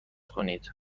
کنید